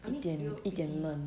一点一点冷